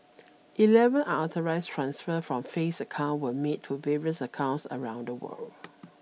eleven unauthorised transfers from Faith's account were made to various accounts around the world